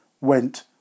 went